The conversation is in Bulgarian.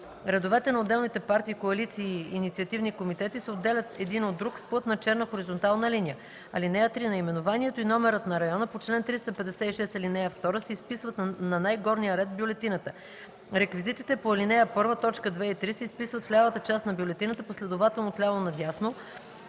Редовете на отделните партии, коалиции и инициативни комитети се отделят един от друг с плътна черна хоризонтална линия. (3) Наименованието и номерът на района по чл. 356, ал. 2 се изписват на най-горния ред в бюлетината. Реквизитите по ал. 1, т. 2 и 3 се изписват в лявата част на бюлетината последователно от ляво на дясно